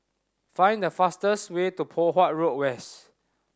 find the fastest way to Poh Huat Road West